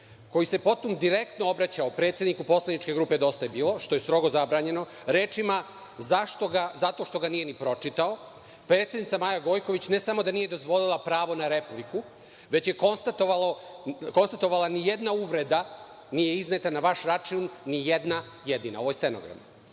koji se potom direktno obraćao predsedniku Poslaničke grupe „Dosta je bilo“, što je strogo zabranjeno, rečima – zašto ga, zato što ga nije ni pročitao, predsednica Maja Gojković ne samo da nije dozvolila pravo na repliku, već je konstatovala – nijedna uvreda nije izneta na vaš račun, ni jedna jedina. Ovo je stenogram. Zatim,